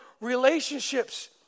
relationships